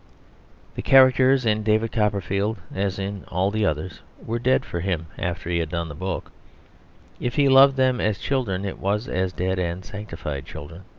the characters in david copperfield, as in all the others, were dead for him after he had done the book if he loved them as children, it was as dead and sanctified children.